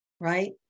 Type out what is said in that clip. right